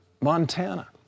Montana